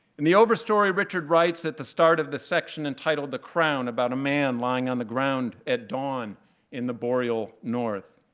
in the overstory richard writes, at the start of the section entitled the crown, about a man lying on the ground at dawn in the boreal north.